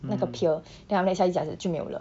那个 pier then after that 下一下子就没有了